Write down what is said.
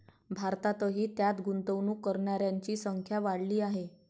भारतातही त्यात गुंतवणूक करणाऱ्यांची संख्या वाढली आहे